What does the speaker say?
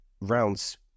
rounds